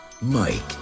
Mike